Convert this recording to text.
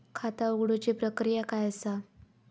खाता उघडुची प्रक्रिया काय असा?